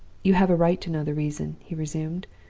you have a right to know the reason he resumed,